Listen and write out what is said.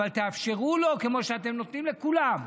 תאפשרו לו, כמו שאתם נותנים לכולם,